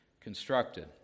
constructed